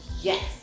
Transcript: Yes